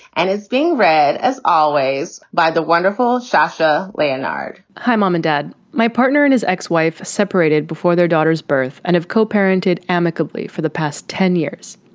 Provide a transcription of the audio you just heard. and it's being read, as always, by the wonderful shasha leonhard hi, mom and dad. my partner and his ex wife separated before their daughter's birth and of co-parenting amicably for the past ten years.